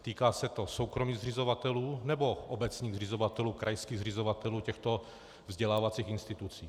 Týká se to soukromých zřizovatelů, nebo obecních zřizovatelů, krajských zřizovatelů těchto vzdělávacích institucí?